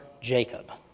Jacob